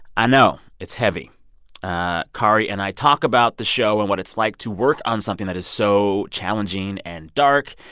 i know it's heavy ah kari and i talk about the show and what it's like to work on something that is so challenging and dark.